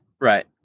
Right